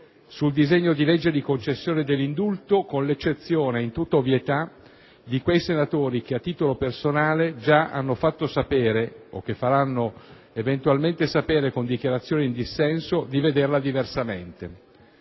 sul disegno di legge di concessione dell'indulto, con l'eccezione - in tutta ovvietà - di quei senatori che, a titolo personale, hanno già fatto sapere o faranno eventualmente sapere con dichiarazioni in dissenso di vederla diversamente.